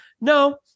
No